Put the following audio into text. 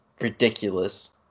ridiculous